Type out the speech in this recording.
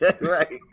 Right